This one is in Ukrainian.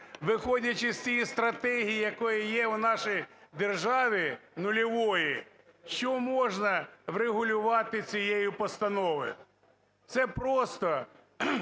виходячи з цієї стратегії, яка є у нашій державі, нульової, що можна врегулювати цією постановою? Це просто